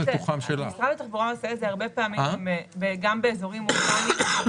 משרד התחבורה עושה את זה הרבה פעמים גם באזורים אורבניים.